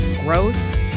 growth